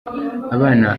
abana